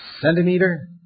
centimeter